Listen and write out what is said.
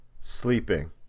sleeping